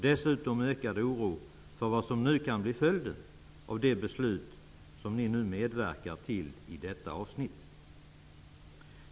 Dessutom skapar det beslut som ni medverkar till i detta avsnitt till en ökad oro inför framtiden.